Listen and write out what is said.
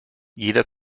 jeder